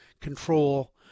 control